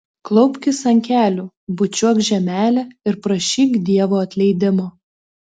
klaupkis ant kelių bučiuok žemelę ir prašyk dievo atleidimo